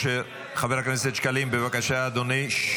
חבר הכנסת שקלים, בבקשה, אדוני.